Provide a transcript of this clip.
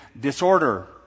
disorder